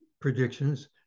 predictions